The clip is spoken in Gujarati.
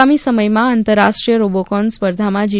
આગામી સમયમાં આંતરરાષ્ટ્રીય રોબોકોન સ્પર્ધામાં જી